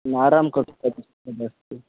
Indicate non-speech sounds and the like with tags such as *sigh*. म आराम क *unintelligible*